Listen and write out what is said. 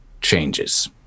changes